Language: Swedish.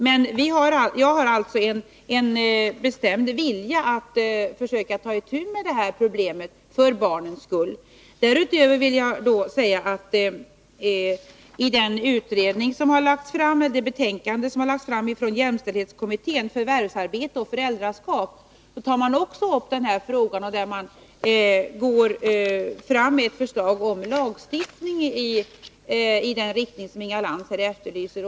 Men jag har alltså en bestämd vilja att försöka ta itu med problemet för barnens skull. Därutöver vill jag säga att man i betänkandet Förvärvsarbete och föräldraskap, som har lagts fram av jämställdhetskommittén, också tar upp denna fråga och föreslår en lagstiftning i den riktning som Inga Lantz efterlyser.